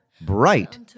Bright